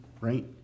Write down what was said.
right